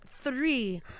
Three